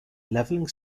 leveling